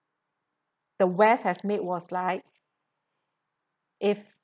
the west has made was like if